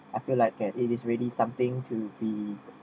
I feel like that it is ready something to be